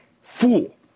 fool